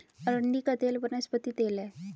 अरंडी का तेल वनस्पति तेल है